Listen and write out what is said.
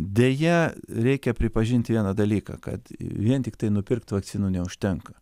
deja reikia pripažinti vieną dalyką kad vien tiktai nupirkt vakcinų neužtenka